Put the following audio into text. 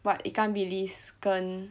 what ikan billis 跟